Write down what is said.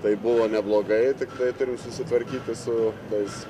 tai buvo neblogai tiktai turim susitvarkyti su tais